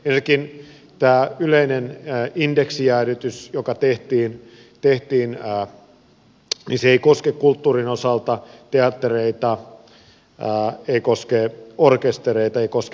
ensinnäkin tämä yleinen indeksijäädytys joka tehtiin ei koske kulttuurin osalta teattereita ei koske orkestereita ei koske museoita